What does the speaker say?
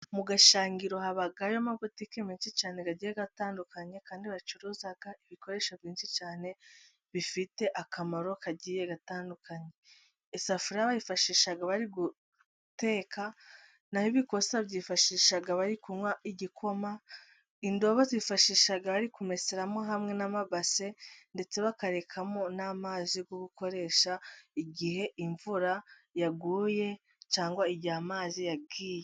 Mu gashangiro haba amabutiki menshi cyane, agiye atandukanye, kandi bacuruza ibikoresho byinshi cyane bifite akamaro kagiye gatandukanye, isafuriya bayifashisha bari guteka, naho ibikosi byifashisha bari kunywa igikoma, indobo bazifashisha bari kumeseramo hamwe n' amabase, ndetse bakarekamo n'amazi yo gukoresha igihe imvura yaguye, cyangwa igihe amazi yagiye.